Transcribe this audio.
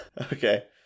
okay